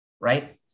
right